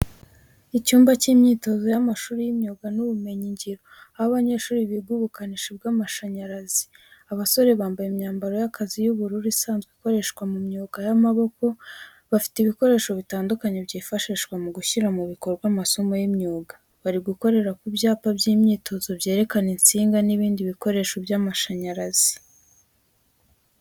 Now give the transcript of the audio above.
Icyumba cy’imyitozo y’amashuri y’imyuga n’ubumenyingiro, aho abanyeshuri biga ubukanishi bw’amashanyarazi. Abasore bambaye imyambaro y’akazi y'ubururu isanzwe ikoreshwa mu myuga y’amaboko. Bafite ibikoresho bitandukanye byifashishwa mu gushyira mu bikorwa amasomo y’imyuga. Bari gukorera ku byapa by’imyitozo byerekana insinga n’ibindi bikoresho by’amashanyarazi.